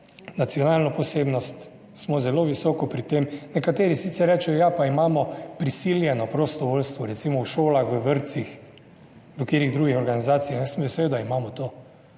nacionalno posebnost, smo zelo visoko pri tem. Nekateri sicer rečejo, ja, pa imamo prisiljeno prostovoljstvo, recimo v šolah, v vrtcih, v katerih drugih organizacijah. Jaz sem vesel, da imamo to.